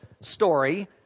story